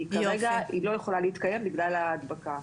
כי כרגע היא לא יכולה להתקיים בגלל ההדבקה.